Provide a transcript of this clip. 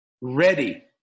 ready